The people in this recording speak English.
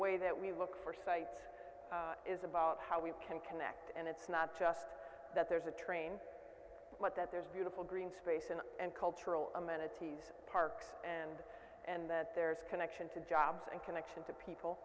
way that we look for sites is about how we can connect and it's not just that there's a train but that there's beautiful green space in and cultural amenities parks and and that there's a connection to jobs and connection to people